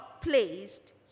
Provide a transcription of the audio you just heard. placed